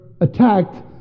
attacked